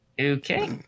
Okay